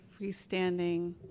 freestanding